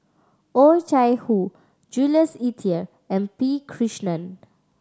Oh Chai Hoo Jules Itier and P Krishnan